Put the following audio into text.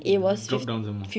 it dropped down some more